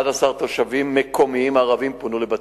11 תושבים ערבים מקומיים פונו לבתי-חולים.